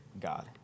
God